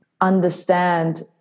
understand